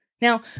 Now